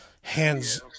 hands